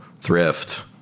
Thrift